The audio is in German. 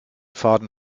faden